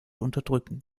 unterdrücken